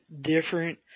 different